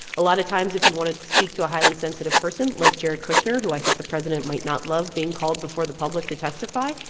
a lot of times if you want to speak to a highly sensitive person like jared kushner, who, i think, the president might not love being called before the public to testify,